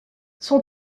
son